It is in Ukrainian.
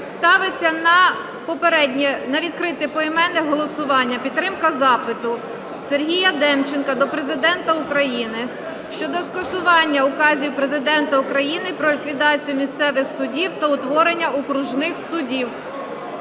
попереднє, на відкрите поіменне голосування, підтримка запиту Сергія Демченка до Президента України щодо скасування указів Президента України про ліквідацію місцевих судів та утворення окружних судів.